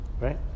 right